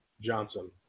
Johnson